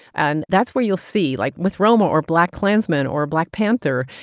and that's where you'll see, like, with roma or blackkklansman or a black panther,